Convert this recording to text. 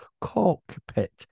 cockpit